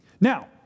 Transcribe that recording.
Now